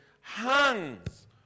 hangs